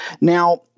Now